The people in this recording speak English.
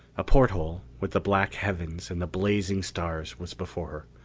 a porthole, with the black heavens and the blazing stars was before her.